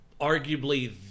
arguably